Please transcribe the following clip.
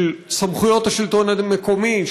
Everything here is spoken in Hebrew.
של סמכויות השלטון המקומי,